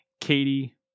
Katie